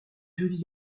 judy